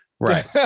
Right